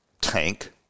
tank